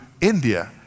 India